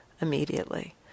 immediately